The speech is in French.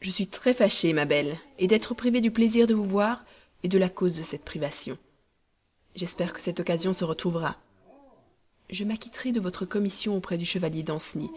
je suis très fâchée ma belle d'être privée du plaisir de vous voir et de la cause de cette privation j'espère que cette occasion se retrouvera je m'acquitterai de votre commission auprès du chevalier danceny